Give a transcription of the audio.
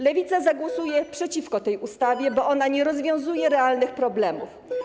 Lewica zagłosuje przeciwko tej ustawie, bo ona nie rozwiązuje realnych problemów.